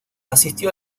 asistió